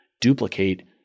duplicate